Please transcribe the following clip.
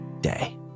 day